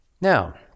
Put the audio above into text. Now